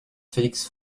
félix